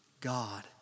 God